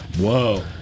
Whoa